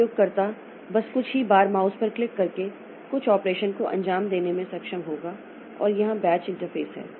तो उपयोगकर्ता बस कुछ ही बार माउस पर क्लिक करके कुछ ऑपरेशन को अंजाम देने में सक्षम होगा और यहाँ बैच इंटरफ़ेस है